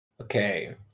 Okay